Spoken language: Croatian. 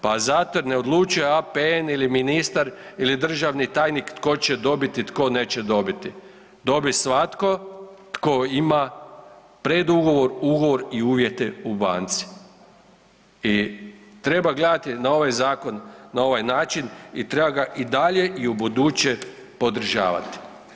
Pa zato jer ne odlučuje APN ili ministar ili državni tajnik tko će dobiti, tko neće dobiti, dobije svatko tko ima predugovor, ugovor i uvjete u banci i treba gledati na ovaj zakon na ovaj način i treba ga i dalje i ubuduće podržavati.